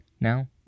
Now